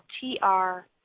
T-R